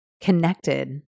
connected